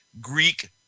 Greek